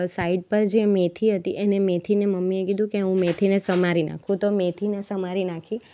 side પર જે મેથી હતી એને મેથીને મમ્મીએ કીધું કે હું મેથીને સમારી નાખું તો મેથીને સમારી નાખી